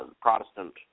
Protestant